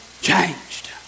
changed